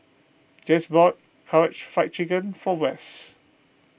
bought Karaage Fried Chicken for Wess